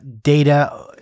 data